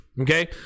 Okay